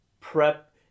prep